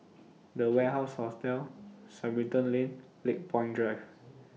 The Warehouse Hostel Sarimbun Lane Lakepoint Drive